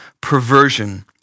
perversion